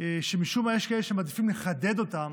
משום מה יש כאלה שמעדיפים לחדד אותם,